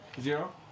Zero